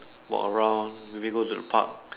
walk around maybe go to the park